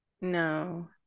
no